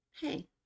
Hey